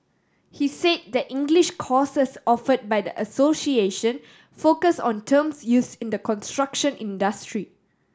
he said that English courses offered by the association focus on terms used in the construction industry